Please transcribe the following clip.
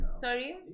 sorry